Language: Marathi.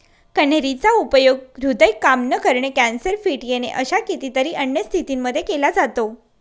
कन्हेरी चा उपयोग हृदय काम न करणे, कॅन्सर, फिट येणे अशा कितीतरी अन्य स्थितींमध्ये केला जातो